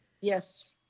Yes